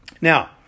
Now